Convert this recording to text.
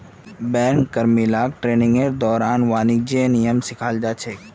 bank कर्मि ला ट्रेनिंगेर दौरान वाणिज्येर नियम सिखाल जा छेक